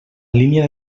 línia